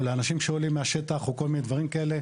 או לאנשים שעולים מהשטח או כל מיני דברים כאלה,